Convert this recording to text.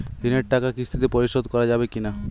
ঋণের টাকা কিস্তিতে পরিশোধ করা যাবে কি না?